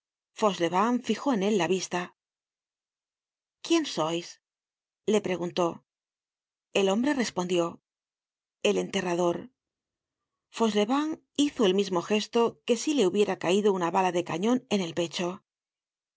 fauchelevent fijó en él la vista quién sois le preguntó el hombre respondió el enterrador content from google book search generated at fauchelevent hmo el mismo gesto que si le hubiera caido una bala de cañon en el pecho el